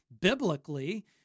biblically